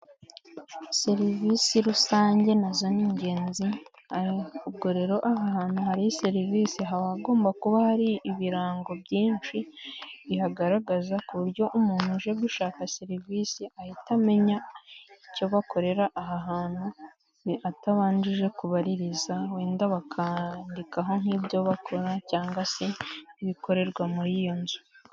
Serivisi rusange nazo ni ingenzi, ubwo rero ahantu hari serivisi haba hagomba kuba hari ibirango byinshi bihagaragaza, ku buryo umuntu uje gushaka serivisi ahita amenya icyo bakorera aha hantu, atabanje kubaririza wenda bakandikaho nk'ibyo bakora cyangwa se ibikorerwa muri iyo nzu.